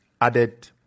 added